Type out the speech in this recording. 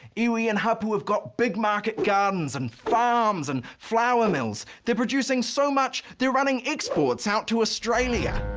iwi and hapu have got big market gardens and farms and flower mills. they're producing so much, they're running exports out to australia.